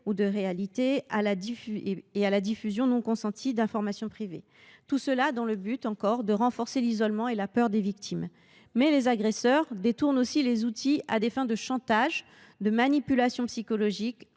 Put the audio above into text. ou réalités, et de la diffusion non consentie d’informations privées. Le but est de renforcer l’isolement et la peur des victimes. Mais les agresseurs détournent aussi les outils à des fins de chantage ou de manipulation psychologique,